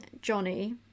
Johnny